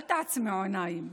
אל תעצמו עיניים.